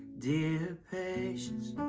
dear patience